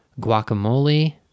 guacamole